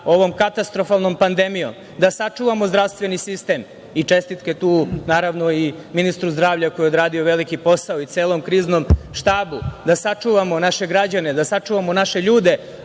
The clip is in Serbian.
ovom katastrofalnom pandemijom, da sačuvamo zdravstveni sistem. Tu naravno čestitke i ministru zdravlja koji je odradio veliki posao i celom Kriznom štabu, da sačuvamo naše građane, da sačuvamo naše ljude,